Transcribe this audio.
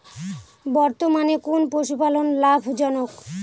বর্তমানে কোন পশুপালন লাভজনক?